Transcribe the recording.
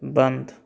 बंद